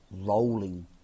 rolling